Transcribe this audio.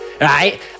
Right